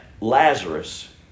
Lazarus